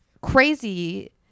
crazy